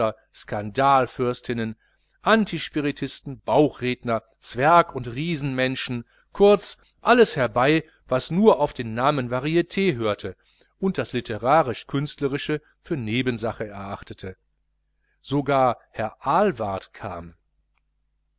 skandalfürstinnen antispiritisten bauchredner zwerg und riesenmenschen kurz alles herbei was nur auf den namen varit hörte und das literarisch künstlerische für nebensache erachtete sogar herr ahlwardt kam